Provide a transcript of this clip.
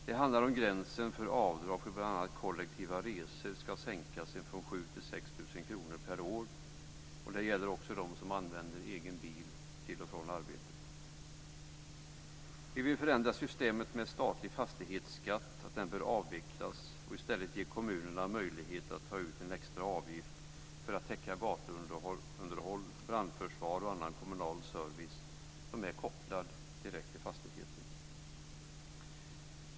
Det handlar om att gränsen för avdrag för kollektiva resor ska sänkas från 7 000 kr till 6 000 kr per år. Det gäller också dem som använder egen bil till och från arbetet. Vi vill förändra systemet med statlig fastighetsskatt. Den bör avvecklas. I stället bör kommunerna ges möjlighet att ta ut en extra avgift för att täcka gatuunderhåll, brandförsvar och annan kommunal service som är kopplad direkt till fastigheten.